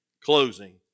closing